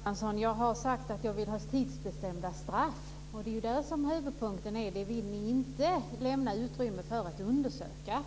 Fru talman! Jo, Morgan Johansson, jag har sagt att jag vill ha tidsbestämda straff. Det är detta som är huvudpunkten. Det vill ni inte lämna utrymme för att undersöka.